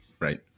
Right